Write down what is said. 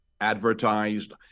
advertised